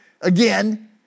again